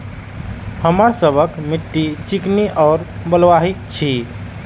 हमर सबक मिट्टी चिकनी और बलुयाही छी?